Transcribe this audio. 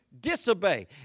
disobey